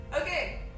Okay